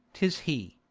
tis he.